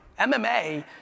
MMA